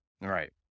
Right